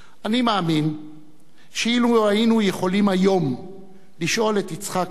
אני מאמין שאילו היינו יכולים היום לשאול את יצחק רבין,